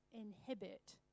inhibit